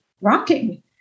rocking